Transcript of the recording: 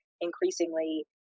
increasingly